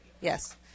Yes